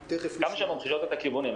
כמה שאלות בשביל לדעת את הכיוונים.